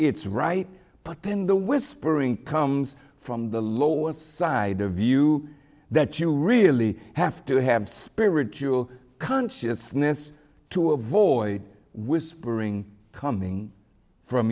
it's right but in the whispering comes from the lower side of you that you really have to have spiritual consciousness to avoid whispering coming from